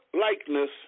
likeness